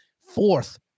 fourth